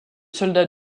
soldats